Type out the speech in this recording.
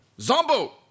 Zombo